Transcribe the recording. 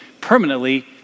permanently